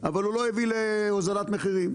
אבל הוא לא הביא להוזלת מחירים,